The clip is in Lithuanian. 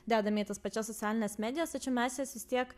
dedame į tas pačias socialines medijas tačiau mes jas vis tiek